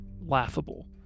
laughable